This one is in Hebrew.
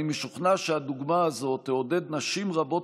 אני משוכנע שהדוגמה הזאת תעודד נשים רבות